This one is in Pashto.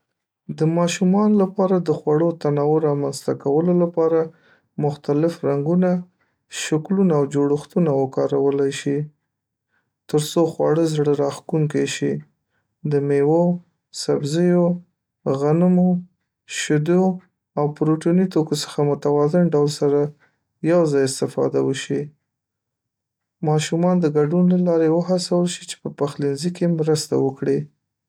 د ماشومانو لپاره د خوړو تنوع رامنځته کولو لپاره، مختلف رنګونه، شکلونه او جوړښتونه وکارولی شي، تر څو خواړه زړه‌راښکونکي شي. د میوو، سبزیو، غنمو، شیدو او پروټیني توکو څخه متوازن ډول سره یوځای استفاده وشي. ماشومان د ګډون له لارې و هڅول شي چې په پخلنځي کې مرسته وکړي.